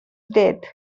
death